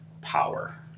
power